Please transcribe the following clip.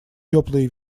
теплые